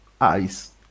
eyes